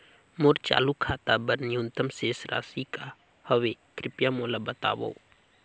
मोर चालू खाता बर न्यूनतम शेष राशि का हवे, कृपया मोला बतावव